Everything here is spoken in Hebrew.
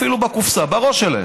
אפילו בקופסה, בראש שלהם.